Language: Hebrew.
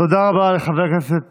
תודה רבה לחבר הכנסת